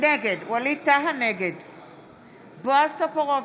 נגד בועז טופורובסקי,